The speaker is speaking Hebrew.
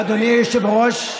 אדוני היושב-ראש,